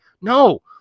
no